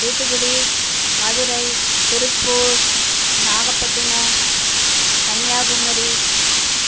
Thoothukudi Madurai Tiruppur Nagapattinam Kanyakumari